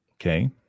Okay